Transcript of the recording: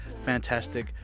fantastic